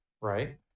Right